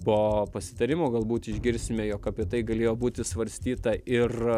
po pasitarimo galbūt išgirsime jog apie tai galėjo būti svarstyta ir